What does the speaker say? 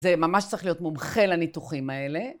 זה ממש צריך להיות מומחה לניתוחים האלה.